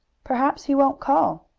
perhaps he won't call.